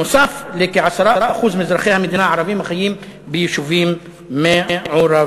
נוסף על כ-10% מאזרחי המדינה הערבים החיים ביישובים מעורבים.